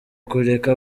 kureka